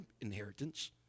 inheritance